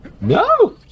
No